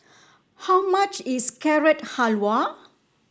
how much is Carrot Halwa